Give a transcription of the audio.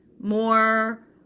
more